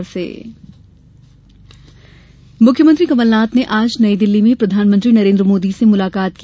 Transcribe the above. CM मुलाकात मुख्यमंत्री कमलनाथ ने आज नई दिल्ली में प्रधानमंत्री नरेन्द्र मोदी से मुलाकात की